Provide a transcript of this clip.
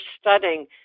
studying